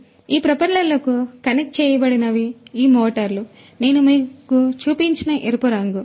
కాబట్టి ఈ ప్రొపెల్లర్లకు కనెక్ట్ చేయబడినవి ఈ మోటార్లు నేను మీకు చూపించిన ఎరుపు రంగు